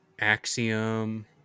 Axiom